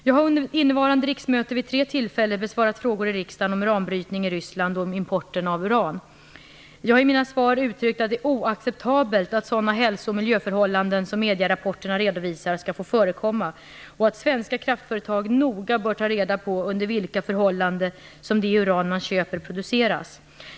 Jag har under innevarande riksmöte vid tre tillfällen besvarat frågor i riksdagen om uranbrytning i Jag har i mina svar uttryckt att det är oacceptabelt att sådana hälso och miljöförhållanden som medierapporterna redovisar skall få förekomma och att svenska kraftföretag noga bör ta reda på under vilka förhållanden som det uran man köper produceras.